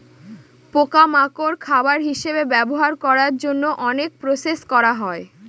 পোকা মাকড় খাবার হিসেবে ব্যবহার করার জন্য তাকে প্রসেস করা হয়